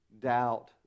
doubt